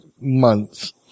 months